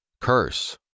Curse